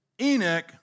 Enoch